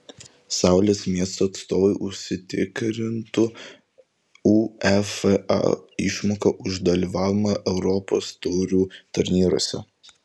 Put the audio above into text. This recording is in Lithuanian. saulės miesto atstovai užsitikrintų uefa išmoką už dalyvavimą europos taurių turnyruose